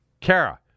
Kara